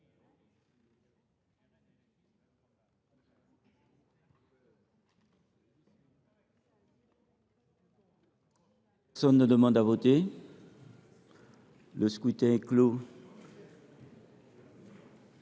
Personne ne demande plus à voter ?… Le scrutin est clos.